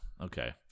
Okay